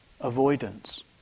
avoidance